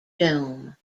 dome